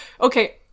okay